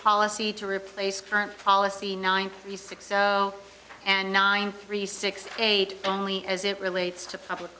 policy to replace current policy nine three six zero and nine three six eight only as it relates to public